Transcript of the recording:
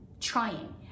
trying